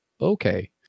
Okay